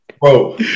Bro